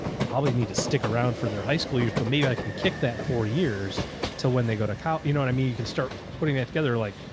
probably need to stick around for their high school years, but maybe i can kick that four years to when they go to cal. you know what i mean? you can start putting that together. like,